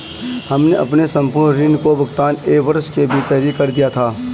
हमने अपने संपूर्ण ऋण का भुगतान एक वर्ष के भीतर ही कर दिया था